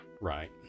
right